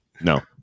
No